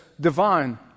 divine